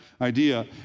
idea